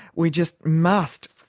we just must,